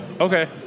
Okay